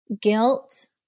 Guilt